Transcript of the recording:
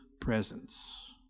presence